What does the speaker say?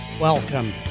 Welcome